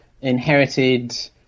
inherited